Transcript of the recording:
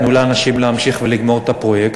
תנו לאנשים להמשיך ולגמור את הפרויקט.